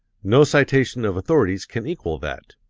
no citation of authorities can equal that.